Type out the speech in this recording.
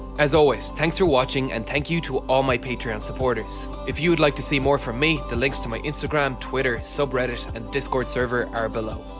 as always thanks for watching and thank you to all my patreon supporters. if you would like to see more from me the links to my instagram, twitter, subreddit and discord server are below.